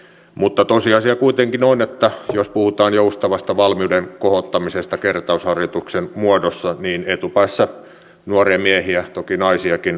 mutta tosiasia kuitenkin on että jos puhutaan joustavasta valmiuden kohottamisesta kertausharjoituksen muodossa niin etupäässä nuoria miehiä toki naisiakin kutsutaan silloin